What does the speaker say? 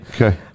Okay